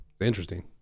Interesting